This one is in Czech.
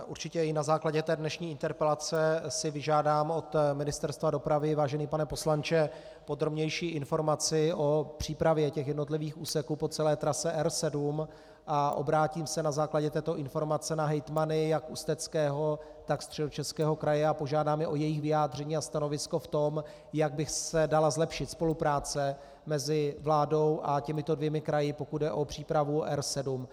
Určitě i na základě dnešní interpelace si vyžádám od Ministerstva dopravy, vážený pane poslanče, podrobnější informaci o přípravě jednotlivých úseků po celé trase R7 a obrátím se na základě této informace na hejtmany jak Ústeckého, tak Středočeského kraje a požádám je o jejich vyjádření a stanovisko v tom, jak by se dala zlepšit spolupráce mezi vládou a těmito dvěma kraji, pokud jde o přípravu R7.